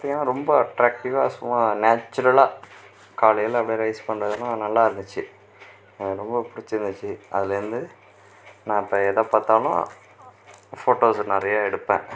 பார்த்திங்கன்னா ரொம்ப அட்ராக்ட்டிவாக சும்மா நேச்சுரலாக காலையில் அப்படியே ரைஸ் பண்ணுறதுலாம் நல்லாருந்துச்சு எனக்கு ரொம்ப புடிச்சிருந்துச்சு அதுலேருந்து நான் இப்போ எதை பார்த்தாலும் ஃபோட்டோஸு நிறைய எடுப்பேன்